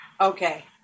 Okay